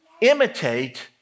imitate